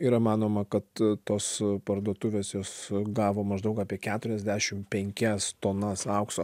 yra manoma kad tos parduotuvės jos gavo maždaug apie keturiasdešim penkias tonas aukso